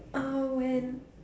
uh when